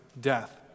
death